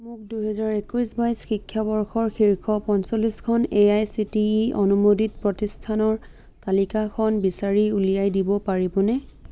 মোক দুহেজাৰ একৈছ বাইছ শিক্ষাবৰ্ষৰ শীৰ্ষ পঞ্চল্লিছখন A I C T E অনুমোদিত প্ৰতিষ্ঠানৰ তালিকাখন বিচাৰি উলিয়াই দিব পাৰিবনে